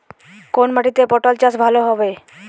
কোন মাটিতে পটল চাষ ভালো হবে?